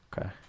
Okay